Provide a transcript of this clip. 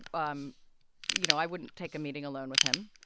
um you know, i wouldn't take a meeting alone with him.